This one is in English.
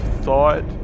thought